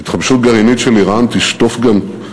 התחמשות גרעינית של איראן תשטוף גם,